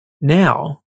Now